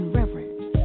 reverence